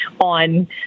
on